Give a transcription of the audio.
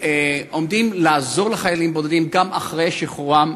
שעומדים לעזור לחיילים בודדים גם אחרי שחרורם,